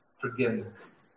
forgiveness